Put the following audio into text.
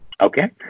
Okay